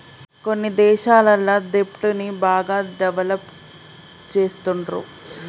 కొన్ని దేశాలల్ల దెబ్ట్ ని బాగా డెవలప్ చేస్తుండ్రు